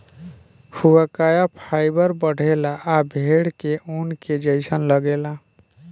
हुआकाया फाइबर बढ़ेला आ भेड़ के ऊन के जइसन लागेला